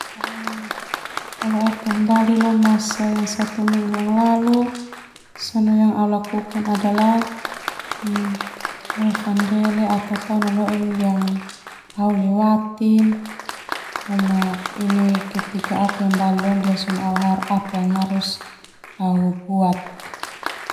Kalau au kembali yang masa satu minggu yang lalu au lakukan adalah au afandele au tatao nonoin yang au lewati boema ini ketika au kembali au harus tao bek.